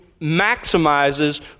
maximizes